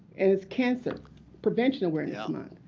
and it's cancer prevention awareness month.